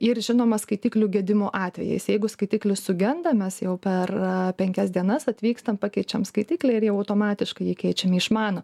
ir žinoma skaitiklių gedimo atvejais jeigu skaitiklis sugenda mes jau per a penkias dienas atvykstam pakeičiam skaitiklį ir jau automatiškai jį keičiam į išmanų